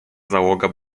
załoga